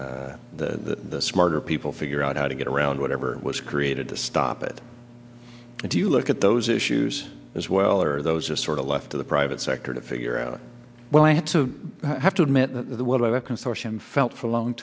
out that the smarter people figure out how to get around whatever was created to stop it if you look at those issues as well or those are sort of left to the private sector to figure out well i have to have to admit the world over consortium felt for a long